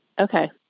Okay